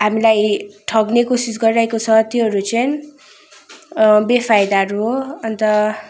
हामीलाई ठग्ने कोसिस गरिरहेको छ त्योहरू चाहिँ बेफाइदाहरू हो अन्त